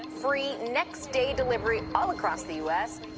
free next-day delivery all across the u s.